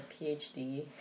PhD